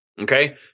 Okay